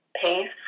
pace